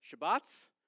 Shabbats